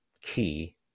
key